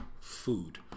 food